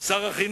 עם שר החינוך,